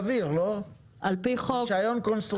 בקנאביס ולא מאפשרת ייבוא אליה בקנאביס דהיינו קנדה,